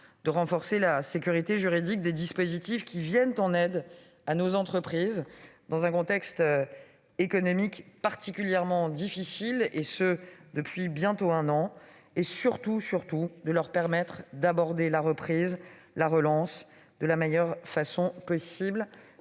de renforcer la sécurité juridique des dispositifs qui viennent en aide à nos entreprises, dans un contexte économique particulièrement difficile depuis bientôt un an, et surtout de permettre à celles-ci d'aborder la reprise et la relance de la meilleure façon possible.